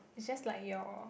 is just like your